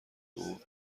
بوم